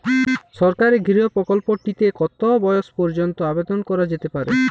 সরকারি গৃহ প্রকল্পটি তে কত বয়স পর্যন্ত আবেদন করা যেতে পারে?